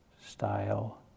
style